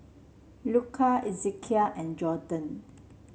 Luka Ezekiel and Gorden